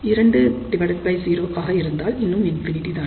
20 ஆக இருந்தால் இன்னும் ∞ தான்